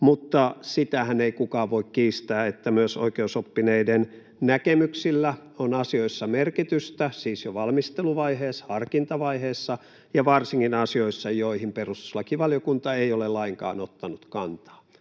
mutta sitähän ei kukaan voi kiistää, että myös oikeusoppineiden näkemyksillä on asioissa merkitystä, siis jo valmisteluvaiheessa, harkintavaiheessa ja varsinkin asioissa, joihin perustuslakivaliokunta ei ole lainkaan ottanut kantaa.